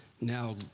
Now